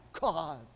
God